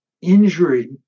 injury